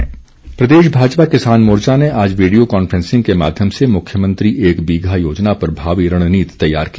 भाजपा किसान मोर्चा प्रदेश भाजपा किसान मोर्चा ने आज विडियों कॉन्फ्रेंसिंग के माध्यम से मुख्यमंत्री एक बीघा योजना पर भावी रणनीति तैयार की